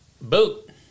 Boot